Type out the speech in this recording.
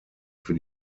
für